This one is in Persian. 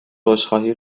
عذرخواهی